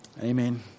Amen